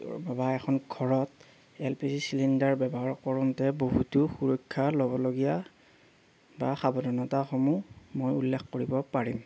বা এখন ঘৰত এল পি জি চিলিণ্ডাৰ ব্যৱহাৰ কৰোঁতে বহুতো সুৰক্ষা ল'বলগীয়া বা সাৱধানতাসমূহ মই উল্লেখ কৰিব পাৰিম